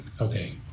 Okay